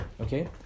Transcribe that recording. okay